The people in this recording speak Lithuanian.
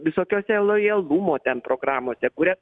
visokiose lojalumo ten programose kurias